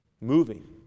Moving